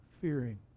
fearing